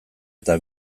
eta